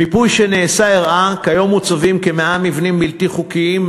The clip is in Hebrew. מיפוי שנעשה הראה כי כיום מוצבים כ-100 מבנים בלתי חוקיים,